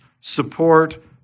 support